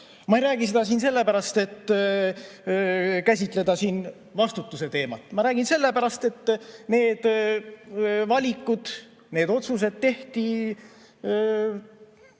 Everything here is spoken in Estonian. Ma ei räägi seda siin sellepärast, et käsitleda vastutuse teemat. Ma räägin sellepärast, et need valikud, need otsused tehti